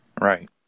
Right